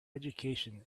education